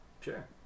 Sure